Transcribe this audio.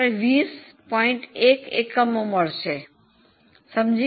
1 એકમો મળશે સમજી ગયા